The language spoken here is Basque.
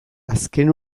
azken